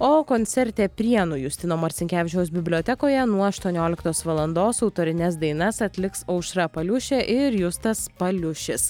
o koncerte prienų justino marcinkevičiaus bibliotekoje nuo aštuonioliktos valandos autorines dainas atliks aušra paliušė ir justas paliušis